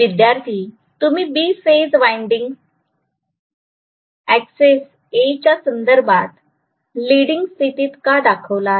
विद्यार्थी तुम्ही B phase winding axis A च्यासंदर्भात लीडिंग स्थितीत का दाखवला आहे